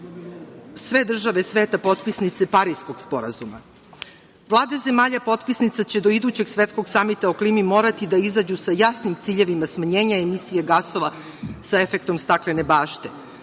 sve države sveta potpisnice Pariskog sporazuma. Vlade zemalja potpisnica će do idućeg svetskog samita o klimi morati da izađu sa jasnim ciljevima smanjenja emisije gasova sa efektom staklene bašte.